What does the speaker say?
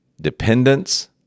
dependence